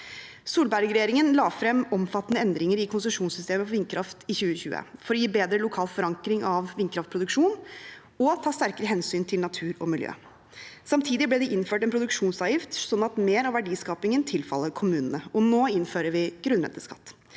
Solberg-regjeringen la frem omfattende endringer i konsesjonssystemet for vindkraft i 2020 for å gi bedre lokal forankring av vindkraftproduksjon og ta sterkere hensyn til natur og miljø. Samtidig ble det innført en produksjonsavgift, slik at mer av verdiskapingen tilfaller kommunene. Nå innfører vi grunnrenteskatt.